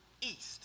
east